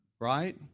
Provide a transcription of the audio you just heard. right